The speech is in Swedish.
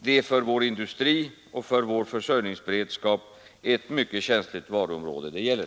Det är för vår industri och för vår försörjningsberedskap ett mycket känsligt varuområde det gäller.